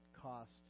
cost